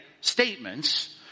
statements